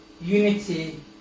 unity